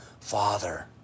Father